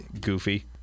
goofy